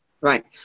Right